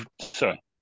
sorry